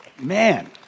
Man